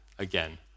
again